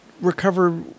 recover